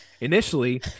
initially